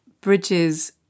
bridges